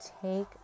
take